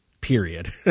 period